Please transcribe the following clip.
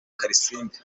kalisimbi